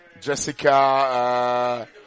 Jessica –